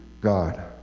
God